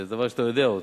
זה דבר שאתה יודע,